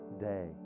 day